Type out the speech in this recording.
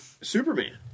Superman